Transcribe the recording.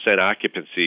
occupancy